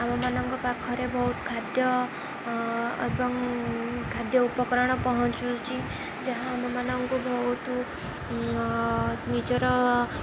ଆମମାନଙ୍କ ପାଖରେ ବହୁତ ଖାଦ୍ୟ ଏବଂ ଖାଦ୍ୟ ଉପକରଣ ପହଞ୍ଚୁଛି ଯାହା ଆମମାନଙ୍କୁ ବହୁତ ନିଜର